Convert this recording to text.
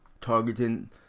targeting